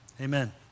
Amen